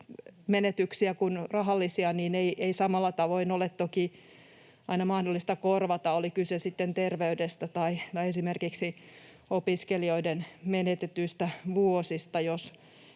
muita kuin rahallisia menetyksiä ei ole toki aina mahdollista korvata samalla tavoin, oli kyse sitten terveydestä tai esimerkiksi opiskelijoiden menetetyistä vuosista, jos